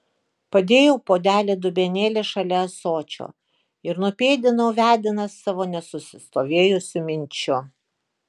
padėjau puodelį dubenėlį šalia ąsočio ir nupėdinau vedinas savo nenusistovėjusių minčių